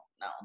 no